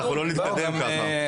אנחנו לא נתקדם ככה.